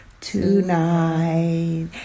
tonight